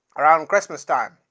around christmas-time,